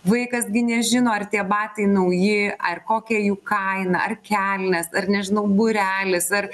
vaikas gi nežino ar tie batai nauji ar kokia jų kaina ar kelnes ar nežinau būrelis ar